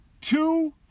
two